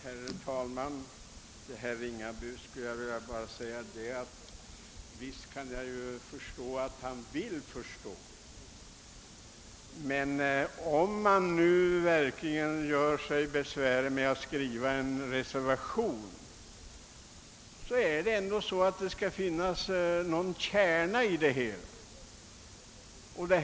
Herr talman! Jag tror visst att herr Ringaby vill förstå dessa saker, men om man gör sig besvär med att skriva en reservation, så måste det ju ändå finnas någon kärna i det som skrives.